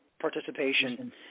participation